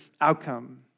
outcome